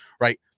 Right